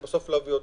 זה להביא אותם.